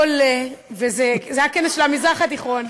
עולה, זה היה כנס של המזרח התיכון.